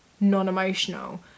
non-emotional